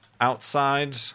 outside